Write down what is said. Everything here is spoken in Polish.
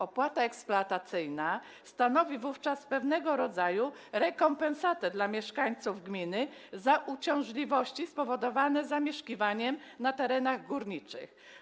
Opłata eksploatacyjna stanowi wówczas pewnego rodzaju rekompensatę dla mieszkańców gminy za uciążliwości spowodowane zamieszkiwaniem na terenach górniczych.